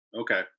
Okay